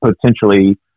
potentially